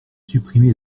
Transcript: supprimé